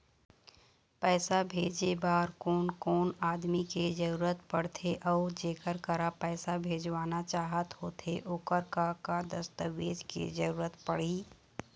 पैसा भेजे बार कोन कोन आदमी के जरूरत पड़ते अऊ जेकर करा पैसा भेजवाना चाहत होथे ओकर का का दस्तावेज के जरूरत पड़ही?